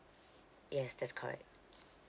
yes that's correct